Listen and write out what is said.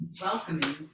welcoming